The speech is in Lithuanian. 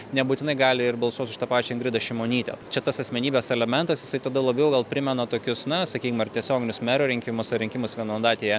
nebūtinai gali ir balsuot už tą pačią ingridą šimonytę čia tas asmenybės elementas jisai tada labiau gal primena tokius na sakykime ar tiesioginius mero rinkimus ar rinkimus vienmandatėje